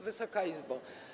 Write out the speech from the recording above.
Wysoka Izbo!